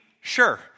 sure